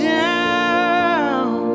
down